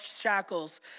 shackles